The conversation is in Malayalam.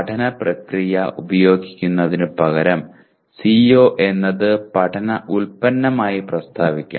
പഠന പ്രക്രിയ ഉപയോഗിക്കുന്നതിനുപകരം CO എന്നത് പഠന ഉൽപ്പന്നമായി പ്രസ്താവിക്കണം